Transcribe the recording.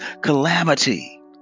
calamity